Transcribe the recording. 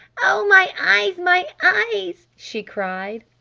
oh, my eyes! my eyes! she cried.